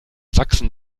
sachsen